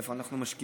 איפה אנחנו משקיעים,